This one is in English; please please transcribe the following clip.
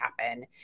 happen